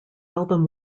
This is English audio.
album